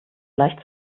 leicht